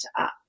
up